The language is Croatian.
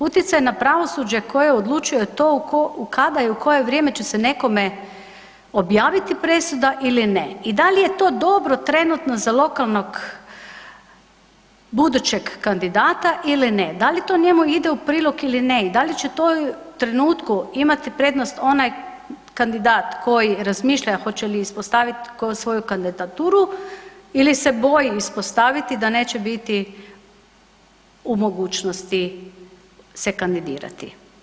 Utjecaj na pravosuđe tko je odlučio to kada i u koje vrijeme će se nekome objaviti praviti presuda ili ne i da li je to dobro trenutno za lokalnog budućeg kandidata ili ne, da li to njemu ide u prilog ili ne i da li će u tom trenutku imati prednost onaj kandidat koji razmišlja hoće li ispostaviti svoju kandidaturu ili se boji ispostaviti da neće biti u mogućnosti se kandidirati.